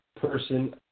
person